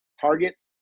targets